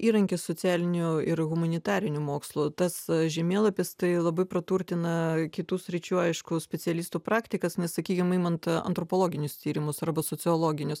įrankis socialinių ir humanitarinių mokslų tas žemėlapis tai labai praturtina kitų sričių aišku specialistų praktikas nes sakykim imant antropologinius tyrimus arba sociologinius